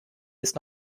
ist